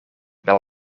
wel